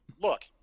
look